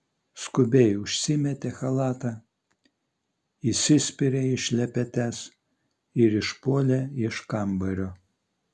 skubiai užsimetė chalatą įsispyrė į šlepetes ir išpuolė iš kambario